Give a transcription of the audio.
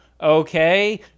okay